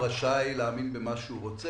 אני מאמין שכל אדם רשאי להאמין במה שהוא רוצה.